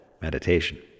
meditation